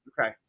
Okay